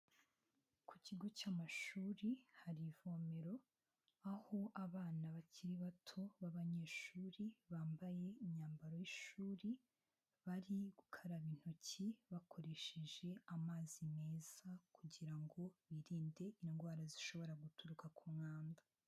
Ku kigo cy'amashuri hari ivomero aho abana bakiri bato b'abanyeshuri bambaye imyambaro y'ishuri, bari gukaraba intoki bakoresheje amazi meza kugira birinde indwara zishobora guturuka ku mwanda.